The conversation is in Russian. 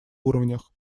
уровнях